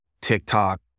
TikTok